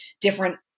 different